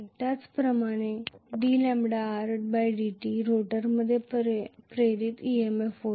त्याचप्रमाणे dλrdt रोटरमध्ये प्रेरित EMF होईल